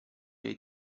jej